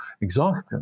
exhaustion